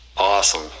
awesome